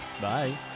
bye